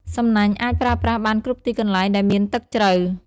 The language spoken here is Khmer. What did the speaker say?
សំណាញ់អាចប្រើប្រាស់បានគ្រប់ទីកន្លែងដែលមានទឹកជ្រៅ។